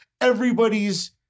everybody's